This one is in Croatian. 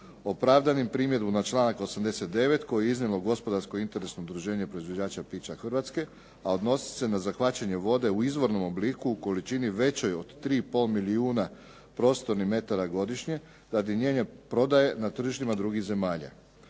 opravdanim primjedbu na članak 89. koji je iznijelo Gospodarsko-interesno udruženje proizvođača pića Hrvatske, a odnosi se na zahvaćanje vode u izvornom obliku u količini većoj od 3,5 milijuna prostornih metara godišnje radi njene prodaje na tržištima drugih zemalja.